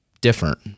different